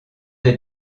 des